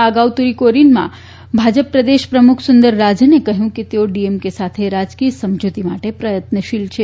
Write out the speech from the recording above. આ અગાઉ તૂટીકોરીનમાં ભાજપ પ્રદેશ પ્રમુખ સુંદરરાજને કહ્યું કે તેઓ ડીએમકે સાથે રાજકીય સમજૂતી માટે પ્રયત્નશીલ છે